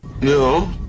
No